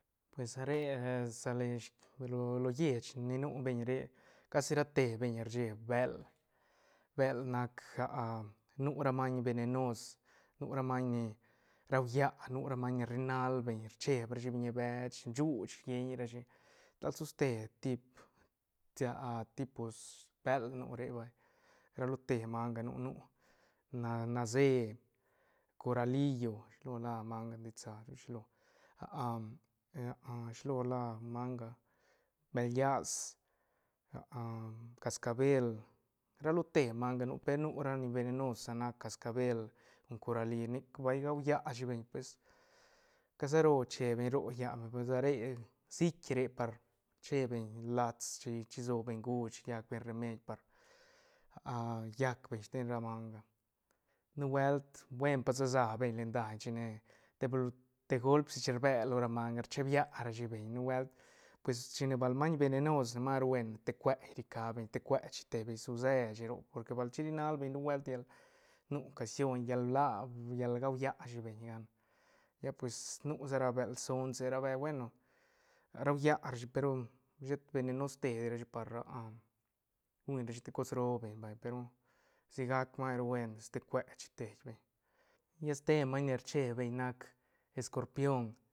Pues re sa len lo lleich ni nu beñ re casi rate beñ rcheeb bël- bël nac nu ra maiñ venenos nu ra maiñ ni raulla nu ra maiñ ni rri nal bel rcheeb rashi biñi bech shuuch rieñ rashi tal soste tip tipos bël ni nu re vay ra lo te manga nu- nu na- nace coralillo shilo la manga ditsa chu shilo ah shilo la manga bël llas cascabel ra lo te manga nu per nu ra ni venenos sa nac cascabel corali nic bal gualla shi beñ pues caso ro che beñ roc rianla pues sa re sitc re par che beñ lats chi- chi sobeñ jush llac beñ remeid par llac beñ steñ ra manga nubuelt buen pa se sa beñ len daiñ chine teblo- te golp si chin rbe lo ra manga rcheeb ya rashi beñ nubuelt pues chine bal maiñ venenos ne ma ru buen tecue irica beñ tecue chi tei beñ su seshi roc porque bal chiri nal beñ nubuelt llal nu casioñ llal la llal gauya shi beñ gan lla pues nu sa ra bël sonse ra be bueno rauya rashi pe ru shet venenos te rashi par guñrashi te cos roo beñ vay pe ru sigac mas ru buen ste cue chi tei beñ lla ste maiñ ni rcheeb beñ nac escorpion.